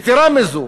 יתרה מזאת,